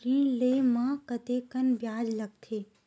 ऋण ले म कतेकन ब्याज लगथे?